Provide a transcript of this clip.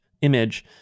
image